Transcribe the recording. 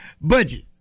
budget